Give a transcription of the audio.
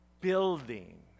Building